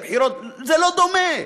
זה לא דומה,